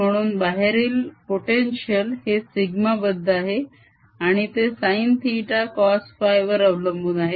म्हणून बाहेरील potential हे सिग्माबद्ध आहे आणि ते sinθ cosφ वर अवलंबून आहे